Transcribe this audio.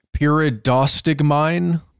pyridostigmine